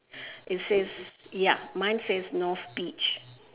it says ya mine says north beach